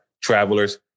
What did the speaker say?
Travelers